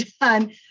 done